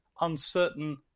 uncertain